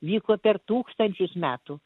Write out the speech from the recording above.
vyko per tūkstančius metų